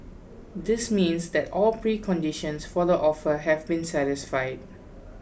this means that all preconditions for the offer have been satisfied